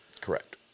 correct